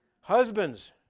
Husbands